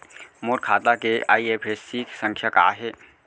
मोर खाता के आई.एफ.एस.सी संख्या का हे?